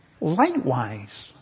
Likewise